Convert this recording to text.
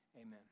Amen